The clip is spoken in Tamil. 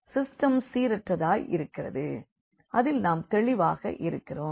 சிஸ்டம் சீரற்றதாயிருக்கிறது அதில் நாம் தெளிவாக இருக்கிறோம்